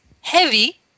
heavy